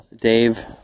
Dave